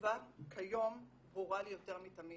התשובה כיום ברורה לי יותר מתמיד: